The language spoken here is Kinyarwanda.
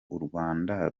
rwanda